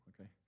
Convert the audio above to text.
Okay